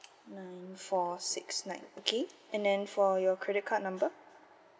nine four six nine okay and then for your credit card number